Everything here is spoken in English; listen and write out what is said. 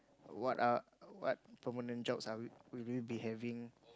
what are what permanent jobs are we will we be having